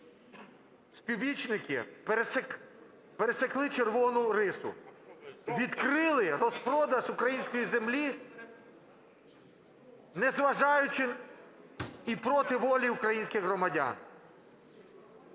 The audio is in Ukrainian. спів…. пересікли червону рису, відкрили розпродаж української землі, незважаючи і проти волі українських громадян.